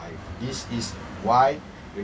ppl